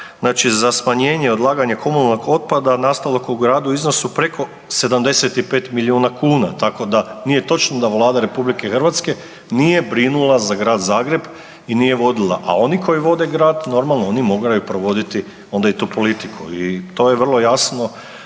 znači na smanjenje odlaganja komunalnog otpada nastalog u gradu u iznosu preko 75 miliona kuna. Tako da nije točno da Vlada RH nije brinula za Grad Zagreb i nije vodila, a oni koji vode grad normalno oni moraju provoditi onda i tu politiku i to je vrlo jasno,